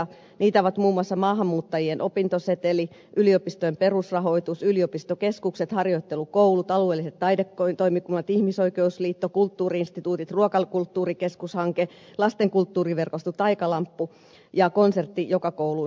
niitä ovat muun muassa maahanmuuttajien opintoseteli yliopistojen perusrahoitus yliopistokeskukset harjoittelukoulut alueelliset taidetoimikunnat ihmisoikeusliitto kulttuuri instituutit ruokakulttuurikeskus hanke lastenkulttuuriverkosto taikalamppu ja konsertti joka kouluun hanke